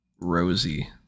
Rosie